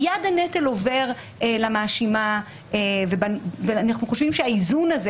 מיד הנטל עובר למאשימה ואנחנו חושבים שהאיזון הזה